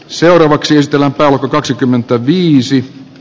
seuraavaksi esitellään kaksikymmentäviisi